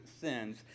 sins